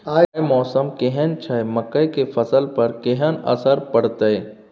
आय मौसम केहन छै मकई के फसल पर केहन असर परतै?